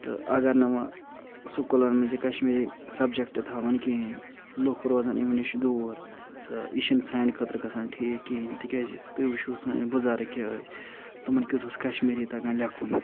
تہٕ اگر نہٕ وۄنۍ ٲں سُکوٗلن منٛز یہِ کشمیری سبجیٚکٹہٕ تھاوَن کِہیٖنۍ لوٗکھ روزَن اَمہِ نِش دوٗر تہِ یہِ چھُنہٕ سانہِ خٲطرٕ گَژھان ٹھیٖک کِہیٖنۍ تِکیٛازِ تُہۍ وُچھو سٲنۍ بُزرٕگ کیٛاہ ٲسۍ تِمن کیٛتھ اوس کشمیٖری تگان لیٚکھُن